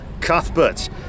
Cuthbert